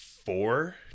four